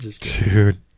dude